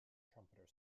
trumpeter